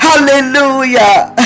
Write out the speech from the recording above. Hallelujah